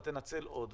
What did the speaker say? ואתה תנצל עוד.